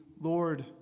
Lord